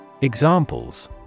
Examples